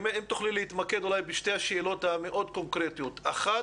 אם תוכלי אולי להתמקד בשתי השאלות המאוד קונקרטיות: הראשונה,